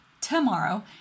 tomorrow